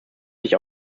sich